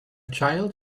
child